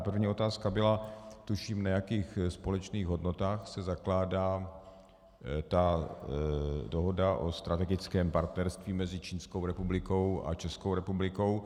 První otázka byla tuším, na jakých společných hodnotách se zakládá dohoda o strategickém partnerství mezi Čínskou republikou a Českou republikou.